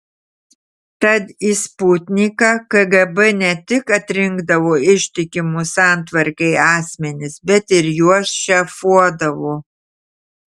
tad į sputniką kgb ne tik atrinkdavo ištikimus santvarkai asmenis bet ir juos šefuodavo